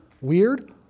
weird